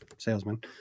salesman